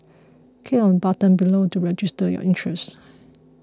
click on the button below to register your interest